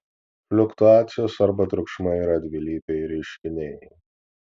fliuktuacijos arba triukšmai yra dvilypiai reiškiniai